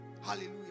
Hallelujah